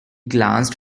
glanced